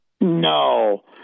No